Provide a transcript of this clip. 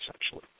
essentially